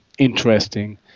interesting